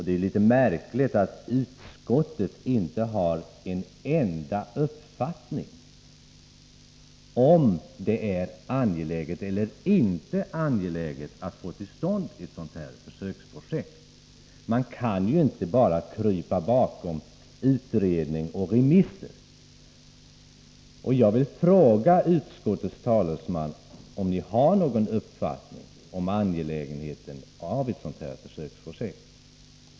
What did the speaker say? Det är litet märkligt att utskottet inte har en uppfattning om huruvida det är angeläget eller inte att denna typ av försöksprojekt kommer till stånd. Man kan inte bara krypa bakom utredningar och remisser. Jag vill fråga utskottets talesman: Har ni någon uppfattning om ett sådant här försöksprojekts angelägenhet?